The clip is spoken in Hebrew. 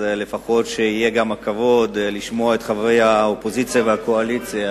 שלפחות יהיה הכבוד לשמוע את חברי האופוזיציה והקואליציה,